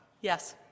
Yes